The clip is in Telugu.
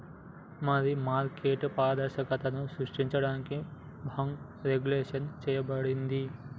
మరి మార్కెట్ పారదర్శకతను సృష్టించడానికి బాంకు రెగ్వులేషన్ చేయబడింది